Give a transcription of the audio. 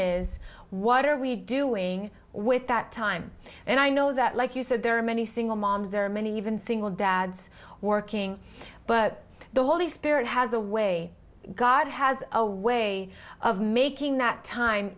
is what are we doing with that time and i know that like you said there are many single moms there are many even single dads working but the holy spirit has a way god has a way of making that time